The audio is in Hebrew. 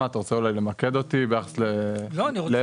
שזה בסוף הפתרון המרכזי והיסודי לנושא הזה